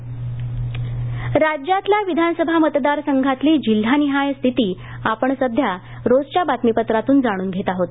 मतदारसंघ आढावा नगर इंटो राज्यातल्या विधानसभा मतदारसंघांतली जिल्हानिहाय स्थिती आपण सध्या रोजच्या बातमीपत्रातून जाणून घेत आहोत